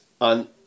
on